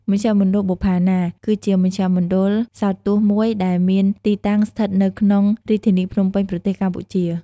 មជ្ឈមណ្ឌលបុប្ផាណា គឺជាមជ្ឈមណ្ឌលសោតទស្សន៍មួយដែលមានទីតាំងស្ថិតនៅក្នុងរាជធានីភ្នំពេញ ប្រទេសកម្ពុជា។